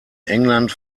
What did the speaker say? england